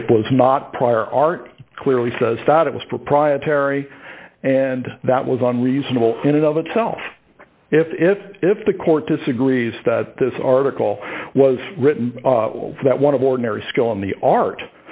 it was not prior art clearly says that it was proprietary and that was unreasonable in and of itself if if if the court disagrees that this article was written that one of ordinary skill in the art